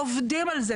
ועובדים על זה,